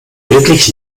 wirklich